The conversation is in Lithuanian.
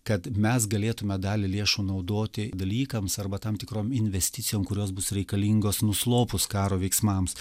kad mes galėtume dalį lėšų naudoti dalykams arba tam tikrom investicijom kurios bus reikalingos nuslopus karo veiksmams